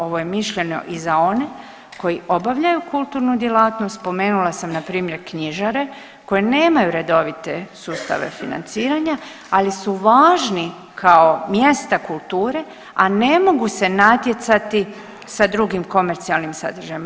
Ovo je mišljenje i za one koji obavljaju kulturnu djelatnost, spomenula sam npr. knjižare koje nemaju redovite sustave financiranja, ali su važni kao mjesta kulture, a ne mogu se natjecati sa drugim komercijalnim sadržajima.